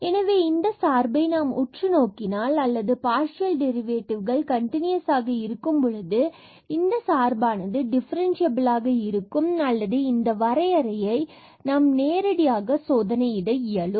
எனவே இந்த சார்பை நாம் உற்றுநோக்கினால் அல்லது பார்சியல் டெரிவேட்டிவ்கள் கண்டினுயசாக இருக்கும்பொழுது பின்பு இந்த சார்பானது டிஃபரன்ஸியபிலாக இருக்கும் அல்லது இந்த வரையறையை நாம் நேரடியாக சோதனையிட இயலும்